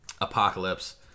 Apocalypse